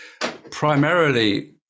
primarily